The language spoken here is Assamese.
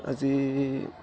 আজি